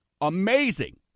amazing